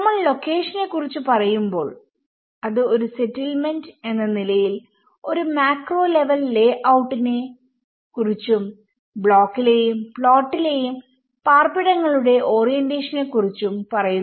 നമ്മൾ ലൊക്കേഷനെക്കുറിച്ച് പറയുമ്പോൾ അത് ഒരു സെറ്റിൽമെന്റ്എന്ന നിലയിൽ ഒരു മാക്രോ ലെവൽ ലേഔട്ടിനെ കുറിച്ചും ബ്ലോക്കിലെയും പ്ലോട്ടിലെയും പാർപ്പിടങ്ങളുടെ ഓറിയന്റെഷനെ കുറിച്ചും പറയുന്നു